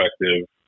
perspective